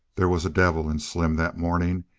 there was a devil in slim that morning.